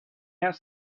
asked